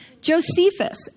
Josephus